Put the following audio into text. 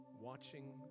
watching